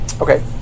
Okay